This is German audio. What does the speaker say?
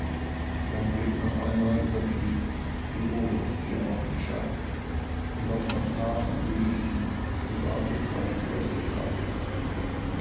sein blick noch einmal überfliegt die rodung die er heut geschafft und was noch brach und öde liegt und wartet seiner fäuste kraft